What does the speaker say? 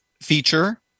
feature